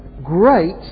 great